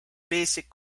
basic